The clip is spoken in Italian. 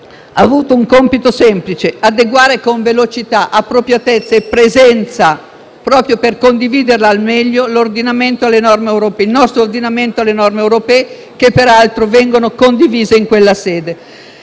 avuto un compito semplice: adeguare con velocità, appropriatezza e presenza, proprio per condividerlo al meglio, il nostro ordinamento alle norme europee, che, peraltro, vengono condivise in quella sede,